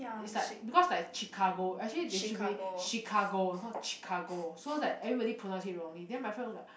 it's like because like chicago actually they should be chicago not chick car go so that everybody pronounce it wrongly then my friend was like